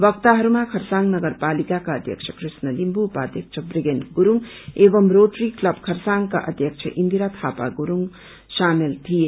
वक्ताहरूमा खरसाङ नगरपालिकाका अध्यक्ष कृष्ण लिम्बु उपाध्यक्ष वृगेन गुरूङ एव रोटरी क्लब खरसाङका अध्यक्ष इन्दीरा थापा गुरूङ शामेल थिए